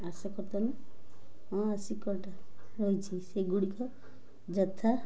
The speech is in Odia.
ହଁ ଆସିକଟ ରହିଛି ସେଗୁଡ଼ିକ ଯଥା